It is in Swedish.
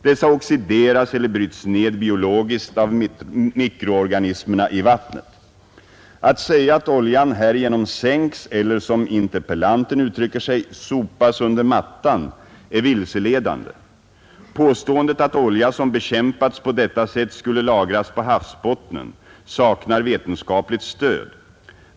Dessa oxideras eller bryts ned biologiskt av mikroorganismerna i vattnet. Att säga att oljan härigenom sänks eller, som interpellanten uttrycker sig, ”sopas under mattan” är vilseledande. Påståendet att olja, som bekämpats på detta sätt, skulle lagras på havsbottnen saknar vetenskapligt stöd.